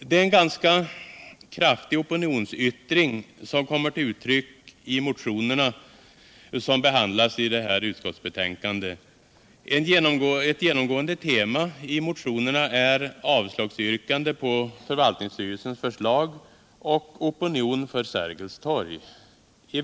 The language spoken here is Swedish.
Det är en ganska kraftig opinionsyttring som kommer till uttryck i motionerna som behandlas i utskottsbetänkandet. Ett genomgående tema i motionerna är avslagsyrkande på förvaltningsstyrelsens förslag och opinion för Sergels torg.